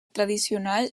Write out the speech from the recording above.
tradicional